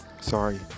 sorry